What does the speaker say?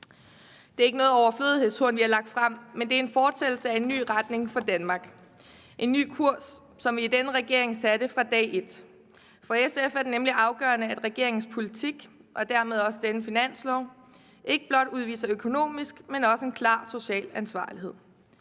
Det er ikke noget overflødighedshorn, vi har lagt frem, men det er en fortsættelse af en ny retning for Danmark – en ny kurs, som vi i denne regering satte fra dag et. For SF er det nemlig afgørende, at regeringens politik og dermed også denne finanslov ikke blot udviser økonomisk, men også en klar social ansvarlighed.